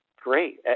Great